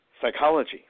psychology